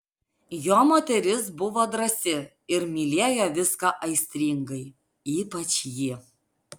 jo moteris buvo drąsi ir mylėjo viską aistringai ypač jį